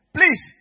Please